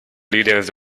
leaders